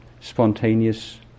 spontaneous